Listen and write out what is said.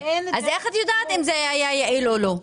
אז איך אתם יודעים אם זה היה יעיל או לא?